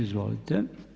Izvolite.